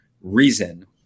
reason –